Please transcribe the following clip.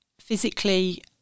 Physically